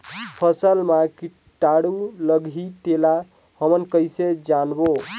फसल मा कीटाणु लगही तेला हमन कइसे जानबो?